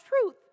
truth